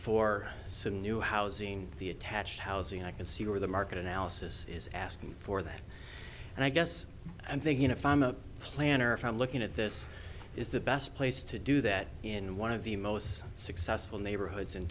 for some new housing the attached housing i can see where the market analysis is asking for that and i guess i'm thinking if i'm a planner from looking at this is the best place to do that in one of the most successful neighborhoods in